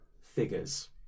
figures